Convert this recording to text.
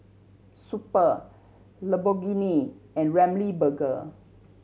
Super Lamborghini and Ramly Burger